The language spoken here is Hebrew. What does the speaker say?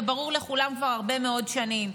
וברור לכולם כבר הרבה מאוד שנים,